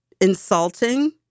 insulting